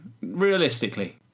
Realistically